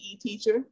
teacher